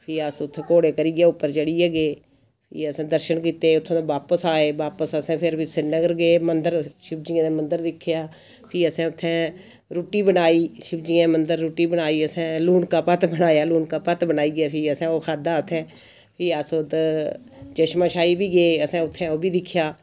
फ्ही अस उत्थुू घोड़े करियै उप्पर चढ़िये गे फिर असें दर्शन कीत्ते ते उत्थूं दा बापस आए बापस असें फिर शिरीनगर गे मंदर शिवजी एं दे मंदर मंदर दिक्खेआ ही असें उत्थै रूट्टी बनाई शिवजी ऐं दे मंदर रूट्टी बनाई आसें लूनका पत्त खलाया असें लूनका पत्त बनाइयै ओह् फ्ही खाद्धा असें ओह् खाद्धा असें फ्ही अस चशमेंशाहीं बी गे असें उत्थै ओह् बी दिक्खेआ